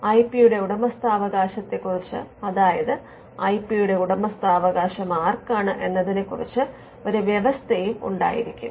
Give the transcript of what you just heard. I P യുടെ ഉടമസ്ഥാവകാശത്തെക്കുറിച്ച് അതായത് ഐ പി യുടെ ഉടമസ്ഥാവകാശം ആർക്കാണ് എന്നതിനെ കുറിച്ച് ഒരു വ്യവസ്ഥയും ഉണ്ടായിരിക്കും